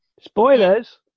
Spoilers